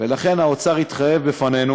ולכן האוצר התחייב בפנינו